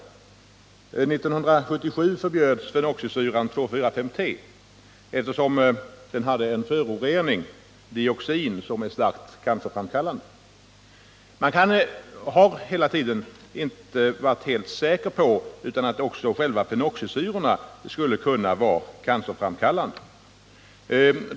År 1977 förbjöds fenoxisyran 2,4,5-T, eftersom den hade en förorening, dioxin, som är starkt cancerframkallande. Och hela tiden har man inte kunnat vara helt säker på att inte också själva fenoxisyrorna kunde vara cancerframkallande.